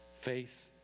faith